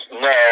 no